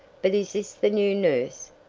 but is this the new nurse?